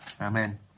Amen